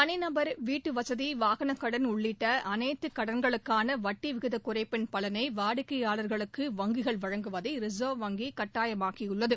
தனிநபர் வீட்டுவசதி வாகனக்கடன் உள்ளிட்ட அனைத்து கடன்களுக்கான வட்டி விகித குறைப்பின் பலனை வாடிக்கையாளர்களுக்கு வங்கிகள் வழங்குவதை ரிச்வ் வங்கி கட்டாயமாக்கியுள்ளது